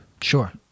Sure